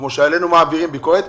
כמו שעלינו מעבירים ביקורת,